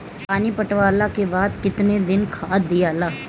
पानी पटवला के बाद केतना दिन खाद दियाला?